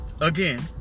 Again